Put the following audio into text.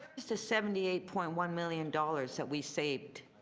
seventy eight point one million dollars that we saved.